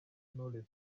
knowless